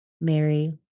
Mary